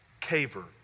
Caver